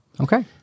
Okay